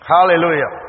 Hallelujah